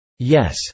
Yes 。